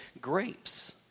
grapes